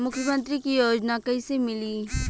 मुख्यमंत्री के योजना कइसे मिली?